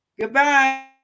Goodbye